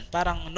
Parang